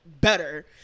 better